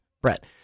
Brett